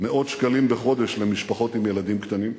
מאות שקלים בחודש למשפחות עם ילדים קטנים.